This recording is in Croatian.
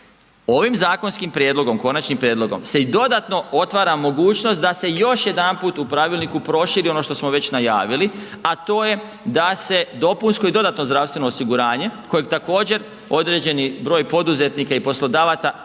Ovim zakonskim prijedlogom, konačnim prijedlogom se i dodatno otvara mogućnost da se još jedanput proširi ono što smo već najavili, a to je da se dopunsko i dodatno zdravstveno osiguranje, kojeg također, određeni broj poduzetnika i poslodavaca